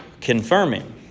Confirming